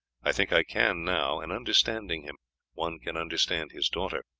i think i can now, and understanding him one can understand his daughter.